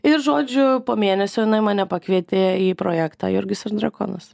ir žodžiu po mėnesio jinai mane pakvietė į projektą jurgis ir drakonas